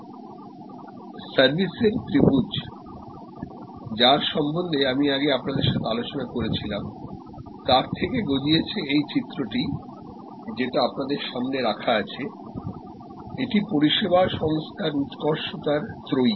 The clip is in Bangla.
সার্ভিসের ত্রিভুজ যার সম্বন্ধে আমি আগে আপনাদের সাথে আলোচনা করেছিলাম তার থেকে বেরিয়ে এসেছে এই চিত্রটি যেটা আপনাদের সামনে রাখা আছেএটা পরিষেবা সংস্থার উৎকর্ষতার ত্রয়ী